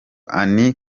annie